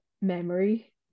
memory